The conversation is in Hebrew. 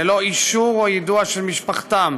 ללא אישור או יידוע של משפחתם,